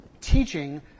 teaching